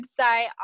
website